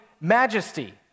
majesty